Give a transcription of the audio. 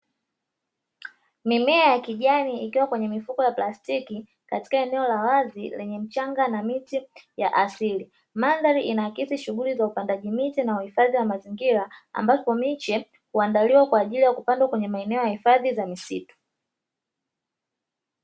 Mimea ya kijani ikiwa katika mifuko ya plastiki, katika eneo la wazi lenye mchanga na miti ya asili. Mandhari inaakisi shughuli za upandaji miti na uhifadhi wa mazingira, ambapo miche huandaliwa kwa ajili ya kupandwa kwenye hifadhi za misitu.